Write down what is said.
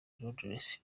londres